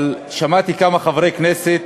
אבל שמעתי כמה חברי כנסת